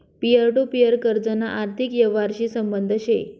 peer to peer कर्जना आर्थिक यवहारशी संबंध शे